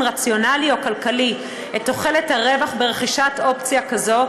רציונלי או כלכלי את תוחלת הרווח ברכישת אופציה כזו,